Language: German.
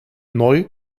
neu